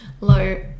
low